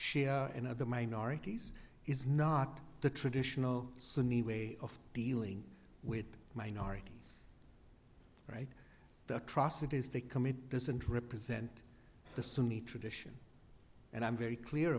share and other minorities is not the traditional sunni way of dealing with minorities right across it is they come it doesn't represent the sunni tradition and i'm very clear